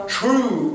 true